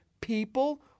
people